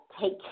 take